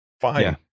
fine